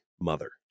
mother